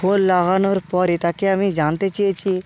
phone লাগানোর পরে তাকে আমি জানতে চেয়েছি